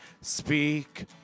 Speak